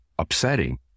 upsetting